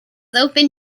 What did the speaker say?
open